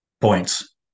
points